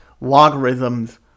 logarithms